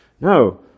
No